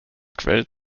quält